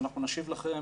אנחנו נשיב לכם,